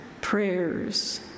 prayers